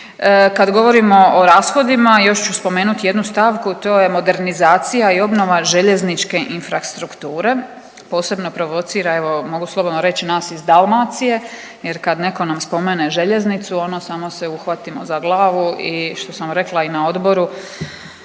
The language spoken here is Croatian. Kad govorimo o rashodima još ću spomenut jednu stavku, to je modernizacija o obnova željezničke infrastrukture. Posebno provocira evo mogu slobodno reć nas iz Dalmacije jer kad neko nam spomene željeznicu ono samo se uhvatimo za glavu i što sam rekla i na odboru